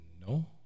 No